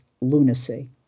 lunacy